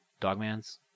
Dogman's